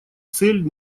цель